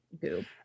goop